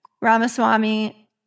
Ramaswamy